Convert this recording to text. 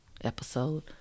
episode